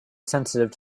sensitive